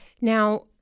Now